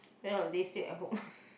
end of the day stay at home